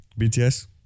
BTS